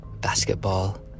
basketball